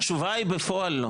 התשובה היא בפועל לא.